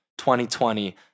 2020